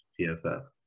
PFF